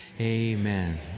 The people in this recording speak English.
amen